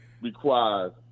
requires